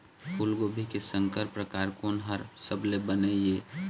फूलगोभी के संकर परकार कोन हर सबले बने ये?